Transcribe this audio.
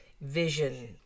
vision